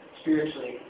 Spiritually